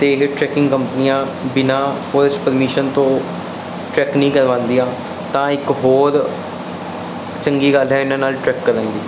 ਅਤੇ ਇਹ ਟਰੈਕਿੰਗ ਕੰਪਨੀਆਂ ਬਿਨਾਂ ਫੋਰਿਸਟ ਪਰਮੀਸ਼ਨ ਤੋਂ ਟਰੈਕ ਨਹੀਂ ਕਰਵਾਉਂਦੀਆਂ ਤਾਂ ਇੱਕ ਹੋਰ ਚੰਗੀ ਗੱਲ ਹੈ ਇਹਨਾਂ ਨਾਲ ਟਰੈਕ ਕਰਨ ਦੀ